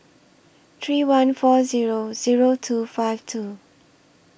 three one four Zero Zero two five two